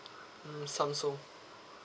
mm Samsung